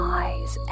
eyes